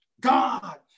God